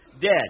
dead